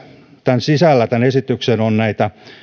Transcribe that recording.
tämän esityksen sisällä on